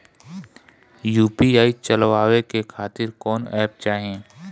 UPI चलवाए के खातिर कौन एप चाहीं?